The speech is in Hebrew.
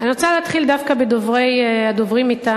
אני רוצה להתחיל דווקא בדוברים מטעם